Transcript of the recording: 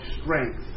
strength